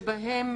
שבהם